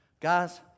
Guys